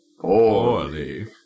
poorly